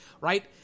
Right